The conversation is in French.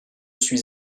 suis